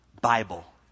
Bible